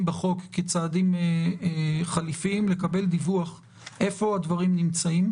בחוק כצעדים חליפיים לקבל דיווח איפה הדברים נמצאים.